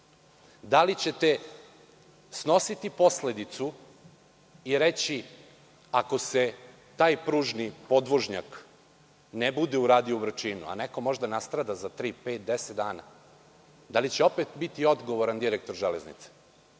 Da li ćete snositi posledicu i reći ako se taj pružni podvožnjak ne bude uradio u Vrčinu, a neko možda nastrada za tri, pet, deset dana, da li će biti odgovaran direktor „Železnica“